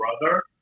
brother